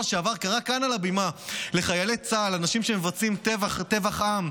שרק בשבוע שעבר קרא כאן על הבימה לחיילי צה"ל: אנשים שמבצעים טבח עם,